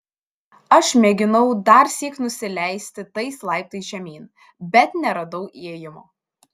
aš mėginau darsyk nusileisti tais laiptais žemyn bet neradau įėjimo